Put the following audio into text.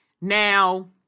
Now